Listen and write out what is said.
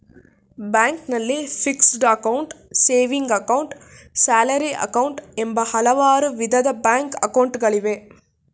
ಬ್ಯಾಂಕ್ನಲ್ಲಿ fixed account, saving account, salary account, ಎಂಬ ಹಲವಾರು ವಿಧದ ಬ್ಯಾಂಕ್ ಅಕೌಂಟ್ ಗಳಿವೆ